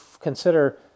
consider